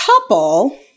couple